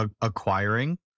acquiring